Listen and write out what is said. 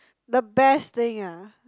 the best thing ah